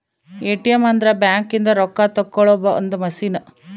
ATM ಅಂದ್ರ bank ಇಂದ ರೊಕ್ಕ ತೆಕ್ಕೊಳೊ ಒಂದ್ ಮಸಿನ್